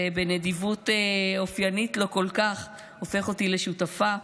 ובנדיבות שאופיינית לו כל כך הופך אותי לשותפה,